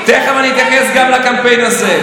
תכף אני אתייחס גם לקמפיין הזה.